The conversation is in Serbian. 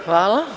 Hvala.